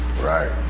Right